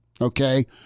okay